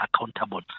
accountable